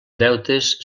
deutes